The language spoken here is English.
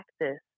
practice